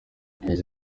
yagize